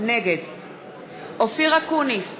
נגד אופיר אקוניס,